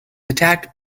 attacked